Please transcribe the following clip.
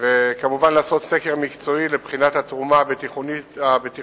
וכמובן לעשות סקר מקצועי לבחינת התרומה הבטיחותית